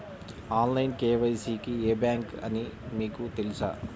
Online KYC కి ఏ bank అని మీకు తెలుసా?